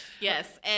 Yes